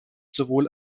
sowohl